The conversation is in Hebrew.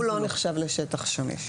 הוא לא נחשב לשטח שמיש.